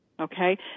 Okay